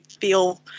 feel